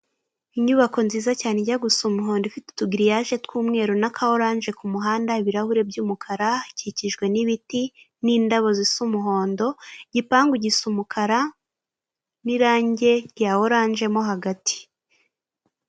Inyubako nziza cyane ijya gusa umuhondo ifite utugiriyaje tw'umweru n'aka oranje ku muhanda ibirahuri by'umukara, ikikijwe n'ibiti n'indabo zisa umuhondo igipangu gisa umukara n'irangi rya oranje mo hagati.